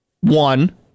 one